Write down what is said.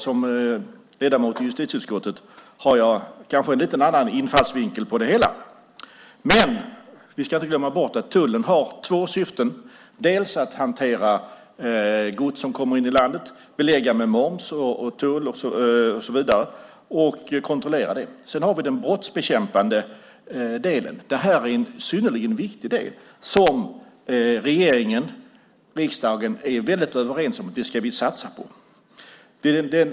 Som ledamot i justitieutskottet har jag kanske en lite annan infallsvinkel på det hela. Men vi ska inte glömma bort att tullen har två syften. Tullen ska hantera gods som kommer in i landet, belägga det med moms, tull och så vidare och kontrollera det. Sedan har tullen den brottsbekämpande uppgiften. Detta är en synnerligen viktig del som regeringen och riksdagen är väldigt överens om att man ska satsa på.